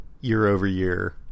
year-over-year